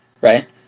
right